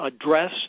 address